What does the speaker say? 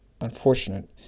unfortunate